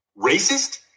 racist